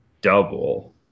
double